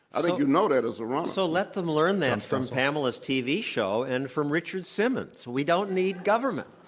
i think you know that as a runner. so let them learn that from pamela's tv show and from richard simmons. we don't need government.